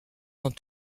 dans